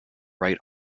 right